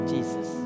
Jesus